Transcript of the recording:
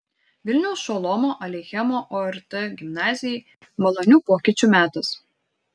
vilniaus šolomo aleichemo ort gimnazijai malonių pokyčių metas